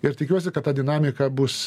ir tikiuosi kad ta dinamika bus